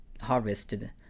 harvested